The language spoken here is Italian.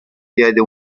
diede